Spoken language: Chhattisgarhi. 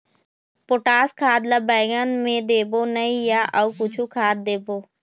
पोटास खाद ला बैंगन मे देबो नई या अऊ कुछू खाद देबो?